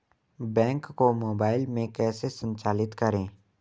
Bank को mobile में कैसे संचालित करें?